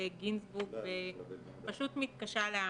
איתן גינזבורג ופשוט מתקשה להאמין.